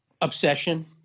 Obsession